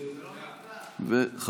בעד.